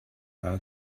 how